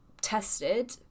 tested